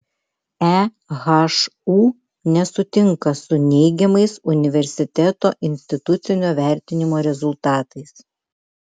ehu nesutinka su neigiamais universiteto institucinio vertinimo rezultatais